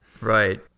Right